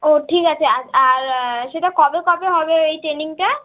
ও ঠিক আছে আর আর সেটা কবে কবে হবে এই ট্রেনিংটা